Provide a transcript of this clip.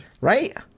right